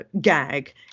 gag